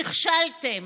נכשלתם,